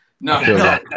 No